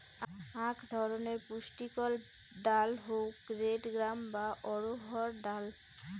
আক ধরণের পুষ্টিকর ডাল হউক রেড গ্রাম বা অড়হর ডাল